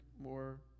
more